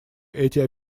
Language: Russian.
эти